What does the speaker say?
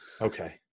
okay